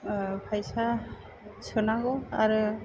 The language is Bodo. फैसा सोनांगौ आरो